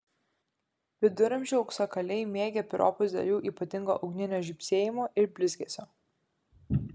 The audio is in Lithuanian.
viduramžių auksakaliai mėgę piropus dėl jų ypatingo ugninio žybsėjimo ir blizgesio